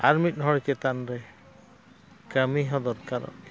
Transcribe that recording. ᱟᱨ ᱢᱤᱫ ᱦᱚᱲ ᱪᱮᱛᱟᱱ ᱨᱮ ᱠᱟᱹᱢᱤ ᱦᱚᱸ ᱫᱚᱨᱠᱟᱨᱚᱜ ᱜᱮᱭᱟ